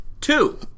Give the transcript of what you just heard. Two